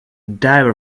diver